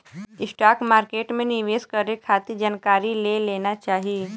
stock market में निवेश करे खातिर जानकारी ले लेना चाही